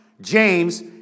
James